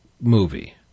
movie